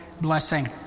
blessing